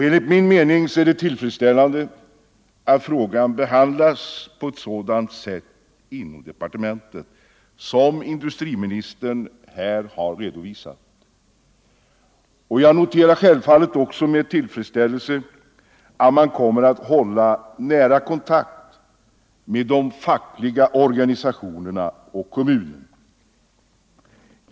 Enligt min mening är det tillfredsställande att frågan behandlas på ett sådant sätt inom departementet som industriministern här har redovisat. Jag noterar självfallet också med tillfredsställelse att man kommer att hålla nära kontakt med de fackliga organisationerna och kommunen.